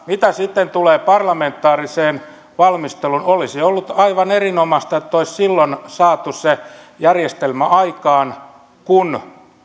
mitä tulee parlamentaariseen valmisteluun olisi ollut aivan erinomaista että olisi silloin saatu se järjestelmä aikaan kun